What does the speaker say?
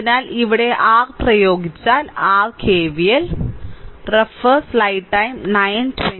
അതിനാൽ ഇവിടെ r പ്രയോഗിച്ചാൽ r KVL